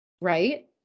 right